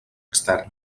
extern